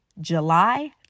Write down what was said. July